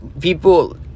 people